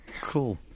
Cool